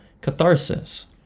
catharsis